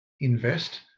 invest